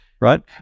right